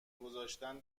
گذاشتن